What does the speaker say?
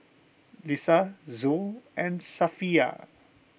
Lisa Zul and Safiya